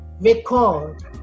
Record